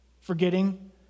forgetting